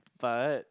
but